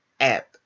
app